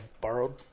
borrowed